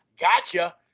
gotcha